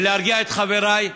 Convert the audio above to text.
ולהרגיע את חבריי,